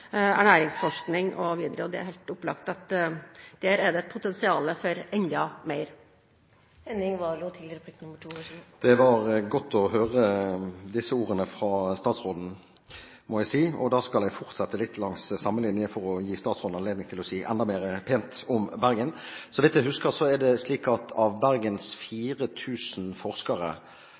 ernæringsforskning og annet. Det er helt opplagt at der er det et potensial for enda mer. Det var godt å høre disse ordene fra statsråden, og jeg skal fortsette litt langs samme linje for å gi statsråden anledning til å si enda mer pent om Bergen! Så vidt jeg husker, er ca. halvparten av Bergens 4 000 forskere